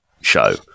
show